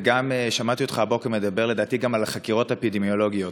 ושמעתי אותך הבוקר מדבר גם על החקירות האפידמיולוגיות,